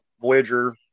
Voyager